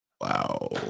Wow